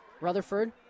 Rutherford